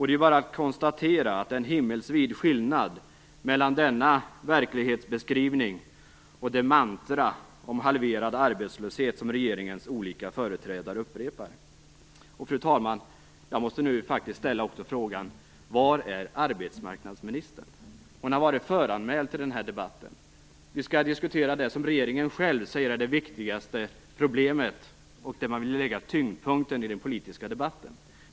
Det är bara att konstatera att det är en himmelsvid skillnad mellan denna verklighetsbeskrivning och det mantra om halverad arbetslöshet som regeringens olika företrädare upprepar. Fru talman! Jag måste också ställa frågan: Var är arbetsmarknadsministern? Hon har varit föranmäld till den här debatten. Vi skall diskutera det som regeringen själv säger är det viktigaste problemet och det man vill lägga tyngdpunkten i den politiska debatten på.